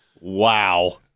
Wow